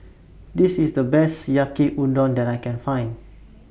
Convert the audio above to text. This IS The Best Yaki Udon that I Can Find